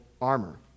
armor